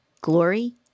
Glory